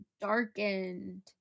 darkened